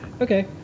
okay